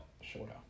shorter